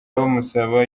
bamusaba